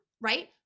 right